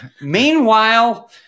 Meanwhile